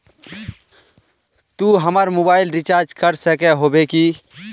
तू हमर mobile recharge कर सके होबे की?